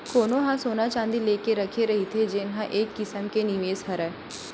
कोनो ह सोना चाँदी लेके रखे रहिथे जेन ह एक किसम के निवेस हरय